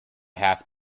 have